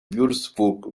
würzburg